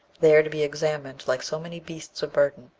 there to be examined like so many beasts of burden.